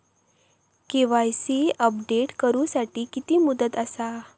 KYC update करू साठी किती मुदत आसा?